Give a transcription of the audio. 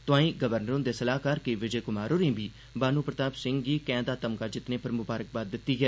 तोआई गवर्नर हुंदे सलाहकार के विजय कुमार होरें बी भानु प्रताप सिंह गी कैंह् दा तमगा जित्तने पर मुबारकबाद दित्ती ऐ